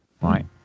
right